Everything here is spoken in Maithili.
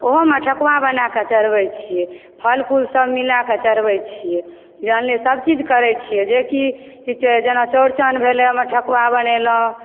ओहोमे ठकुआ बनाकए चढ़बे छियै फल फूलसभ मिलाकऽ चढ़बैत छियै जानलिए सभचीज करैत छियै जेकि कि छै जेना चौरचन भेलय ओहिमे ठकुआ बनेलहुँ